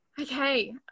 okay